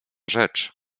rzecz